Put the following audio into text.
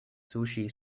sushi